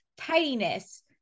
tidiness